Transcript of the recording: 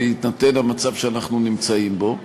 בהינתן המצב שאנחנו נמצאים בו.